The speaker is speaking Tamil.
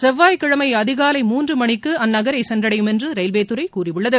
செவ்வாய்கிழமை அதிகாலை மூன்று மணிக்கு அந்த நகரை சென்றடையும் என்று ரயில்வேதுறை கூறியுள்ளது